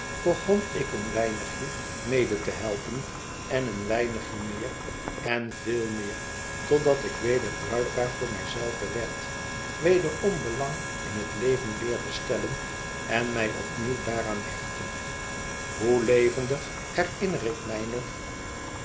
begon ik een weinigje mede te helpen en een weinig meer en veel meer totdat ik weder bruikbaar voor mij zelve werd wederom belang in het leven leerde stellen en mij opnieuw daaraan hechtte hoe levendig herinner ik mij nog